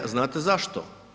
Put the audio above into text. Znate zašto?